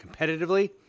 competitively